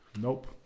Nope